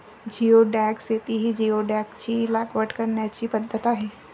geoduck शेती ही जिओडॅकची लागवड करण्याची पद्धत आहे